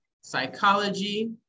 psychology